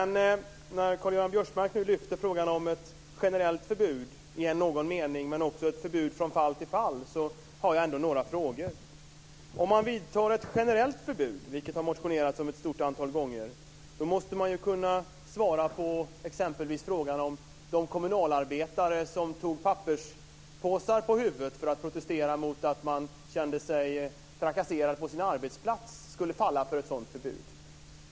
När Karl-Göran Biörsmark nu lyfter fram frågan om ett i någon mening generellt förbud, men också ett förbud från fall till fall, har jag ändå några frågor. Om man utfärdar ett generellt förbud, vilket det har motionerats om ett stort antal gånger, måste man kunna svara på frågan om exempelvis de kommunalarbetare som drog papperspåsar över huvudet för att protestera mot att de kände sig trakasserade på sin arbetsplats skulle drabbas av ett sådant förbud.